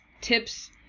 tips